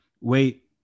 wait